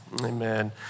amen